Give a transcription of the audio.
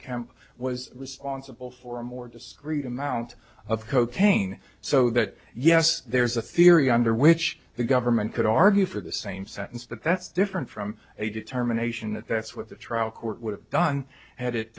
kemp was responsible for a more discrete amount of cocaine so that yes there's a theory under which the government could argue for the same sentence but that's different from a determination that that's what the trial court would have done